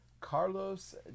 Carlos